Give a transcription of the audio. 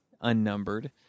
unnumbered